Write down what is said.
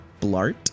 Blart